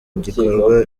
bikorwa